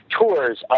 tours